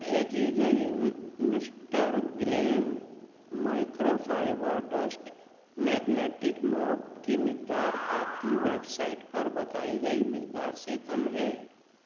بھیجی گئی mister gleam micro fibre dust magnetic mop کی مقدار آپ کی ویب سائٹ پر بتائی گئی مقدار سے کم ہے